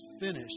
finished